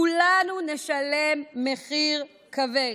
כולנו נשלם מחיר כבד.